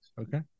Okay